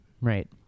Right